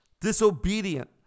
disobedient